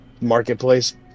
marketplace